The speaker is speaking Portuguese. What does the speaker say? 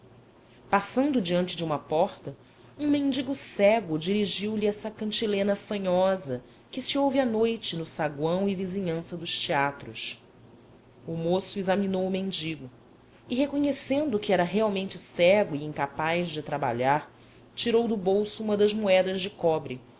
passando diante de uma porta um mendigo cego dirigiu-lhe essa cantilena fanhosa